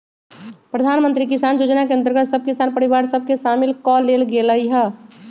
प्रधानमंत्री किसान जोजना के अंतर्गत सभ किसान परिवार सभ के सामिल क् लेल गेलइ ह